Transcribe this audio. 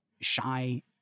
shy